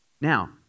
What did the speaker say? Now